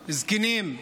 זקנים,